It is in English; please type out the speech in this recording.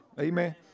Amen